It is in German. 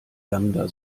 lambda